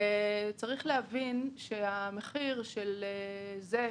אם אנחנו